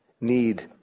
need